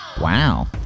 wow